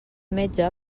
metge